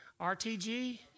RTG